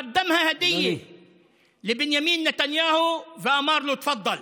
(אומר בערבית: העניק אותה) לבנימין נתניהו ואמר לו: תפדל.